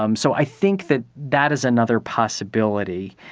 um so i think that that is another possibility.